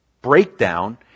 breakdown